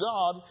God